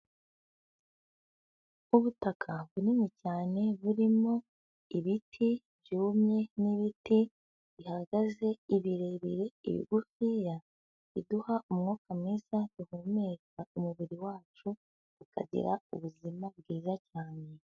Ubutaka bunini cyane burimo ibiti byumye n'ibiti bihagaze, ibirebire, ibigufiya, biduha umwuka mwiza duhumeka, umubiri wacu ukagira ubuzima bwiza cyane.